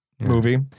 movie